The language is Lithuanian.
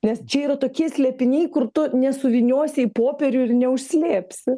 nes čia yra tokie slėpiniai kur tu nesuvyniosi į popierių ir neužslėpsi